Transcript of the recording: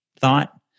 thought